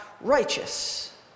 righteous